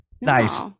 Nice